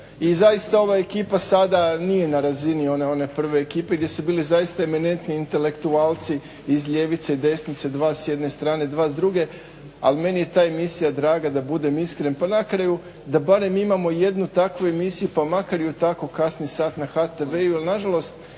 i zaista ova ekipa sada nije na razini one prve ekipe gdje su bili emanentni intelektualci iz ljevice i desnice, dva s jedne strane, dva s druge, ali meni je ta emisija draga da budem iskren pa nakraju da barem imamo jednu takvu emisiju pa makar i u tako kasni sat na HTV-u jer nažalost